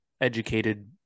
educated